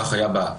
כך היה בשלוש,